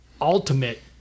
ultimate